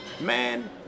man